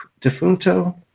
defunto